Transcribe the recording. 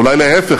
אולי להפך,